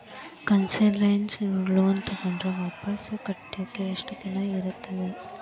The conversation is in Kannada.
ಕನ್ಸೆಸ್ನಲ್ ಲೊನ್ ತಗೊಂಡ್ರ್ ವಾಪಸ್ ಕಟ್ಲಿಕ್ಕೆ ಯೆಷ್ಟ್ ದಿನಾ ಇರ್ತದ?